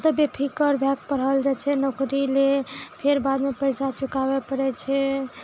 तऽ बेफिकर भए कऽ पढ़ल जाइ छै नौकरी ले फेर बादमे पैसा चुकाब पड़य छै